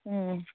ꯎꯝ